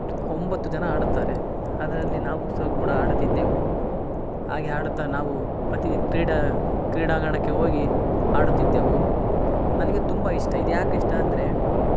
ಒಂಬತ್ತು ಜನ ಆಡುತ್ತಾರೆ ಅದರಲ್ಲಿ ನಾವು ಸಹ ಕೂಡ ಆಡುತ್ತಿದ್ದೆವು ಹಾಗೆ ಆಡುತ್ತಾ ನಾವು ಪ್ರತಿ ಕ್ರೀಡಾ ಕ್ರೀಡಾಂಗಣಕ್ಕೆ ಹೋಗಿ ಆಡುತ್ತಿದ್ದೆವು ನನಗೆ ತುಂಬ ಇಷ್ಟ ಇದು ಯಾಕೆ ಇಷ್ಟ ಅಂದರೆ